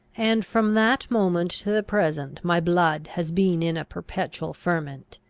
and from that moment to the present my blood has been in a perpetual ferment.